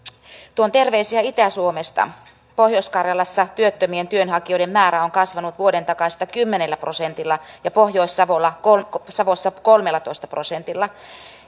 tuon terveisiä itä suomesta pohjois karjalassa työttömien työnhakijoiden määrä on kasvanut vuoden takaisesta kymmenellä prosentilla ja pohjois savossa kolmellatoista prosentilla